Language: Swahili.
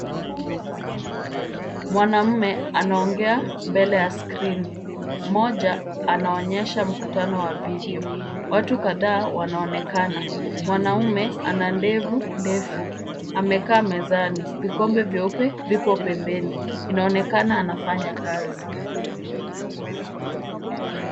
Mwanamume anaongea mbele ya screen , mmoja anaonyesha mkutano wa video . Watu kadhaa wanaonekana. Mwanamume ana ndevu ndefu, amekaa mezani. Vikombe vyeupe vipo pembeni. Inaonekana anafanya kazi.